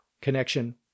connection